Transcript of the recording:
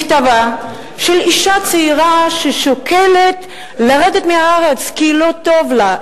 מכתבה של אשה צעירה ששוקלת לרדת מהארץ כי לא טוב לה,